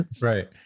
right